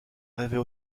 rêvait